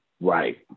Right